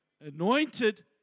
anointed